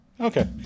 okay